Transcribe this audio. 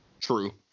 True